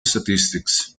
statistics